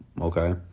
okay